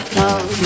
love